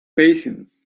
patience